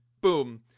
boom